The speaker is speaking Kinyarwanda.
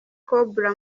cobra